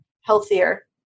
healthier